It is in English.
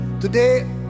Today